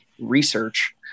research